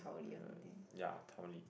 uh yeah Tao-Li